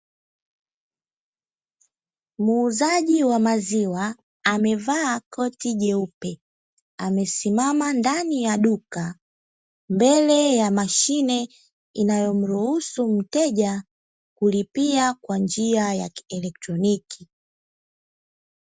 Muuzaji wa maziwa amevaa koti jeupe. Amesimama ndani ya duka, mbele ya mashine inayomruhusu mteja kulipia kwa njia ya kielektroniki.